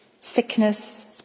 sickness